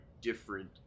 different